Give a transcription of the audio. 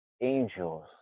angels